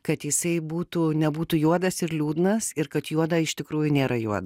kad jisai būtų nebūtų juodas ir liūdnas ir kad juoda iš tikrųjų nėra juoda